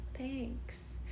thanks